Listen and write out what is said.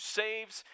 saves